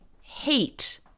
hate